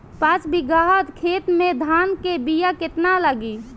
पाँच बिगहा खेत में धान के बिया केतना लागी?